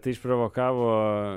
tai išprovokavo